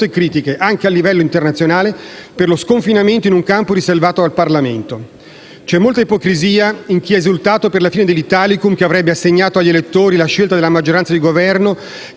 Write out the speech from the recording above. critiche, anche a livello internazionale, per lo sconfinamento in un campo riservato al Parlamento. C'è molta ipocrisia in chi ha esultato per la fine dell'Italicum, che avrebbe assegnato agli elettori la scelta della maggioranza di Governo,